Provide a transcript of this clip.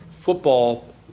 football